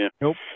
Nope